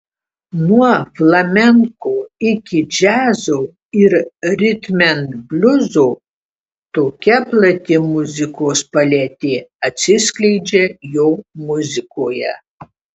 nuo flamenko iki džiazo ir ritmenbliuzo tokia plati muzikos paletė atsiskleidžia jo muzikoje